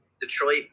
Detroit